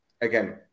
Again